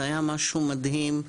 זה היה משהו מדהים.